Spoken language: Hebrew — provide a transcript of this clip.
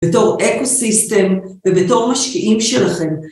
בתור אקו-סיסטם ובתור משקיעים שלכם.